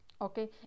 okay